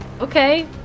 Okay